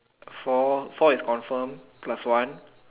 four four is confirm plus one